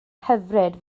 hyfryd